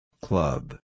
Club